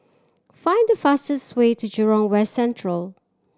find the fastest way to Jurong West Central